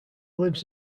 lives